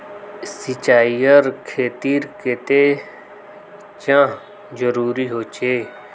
सिंचाईर खेतिर केते चाँह जरुरी होचे?